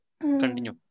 Continue